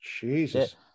Jesus